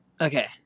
Okay